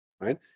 right